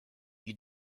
you